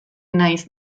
nahiz